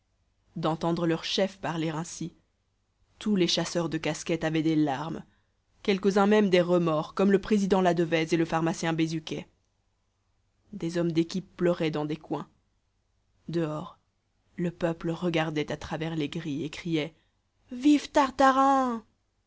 d'entendre leur chef parler ainsi tous les chasseurs de casquettes avaient des larmes quelques-uns même des remords comme le président ladevèze et le pharmacien bézuquet des hommes d'équipe pleuraient dans des coins dehors le peuple regardait à travers les grilles et criait vive tartarin